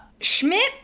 Schmidt